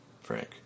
Frank